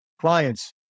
clients